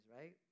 right